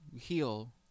Heal